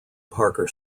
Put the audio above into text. parker